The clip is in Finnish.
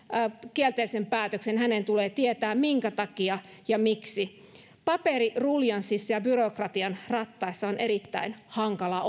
kielteisen päätöksen tulee tietää minkä takia ja miksi paperiruljanssissa ja byrokratian rattaissa on erittäin hankalaa